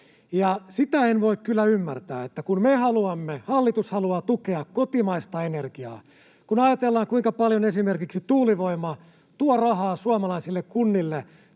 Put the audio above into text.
Sitä en voi kyllä ymmärtää, että kun me haluamme, hallitus haluaa, tukea kotimaista energiaa — kun ajatellaan, kuinka paljon esimerkiksi tuulivoima tuo rahaa suomalaisille kunnille